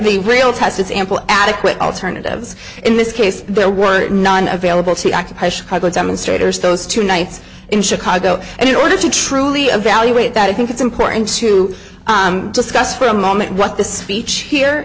the real test is ample adequate alternatives in this case there were none available to occupy chicago demonstrators those two nights in chicago and in order to truly evaluate that i think it's important to discuss for a moment what the speech here